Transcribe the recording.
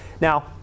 Now